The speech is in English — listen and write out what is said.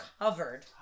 covered